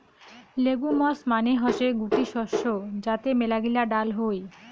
legumes মানে হসে গুটি শস্য যাতে মেলাগিলা ডাল হই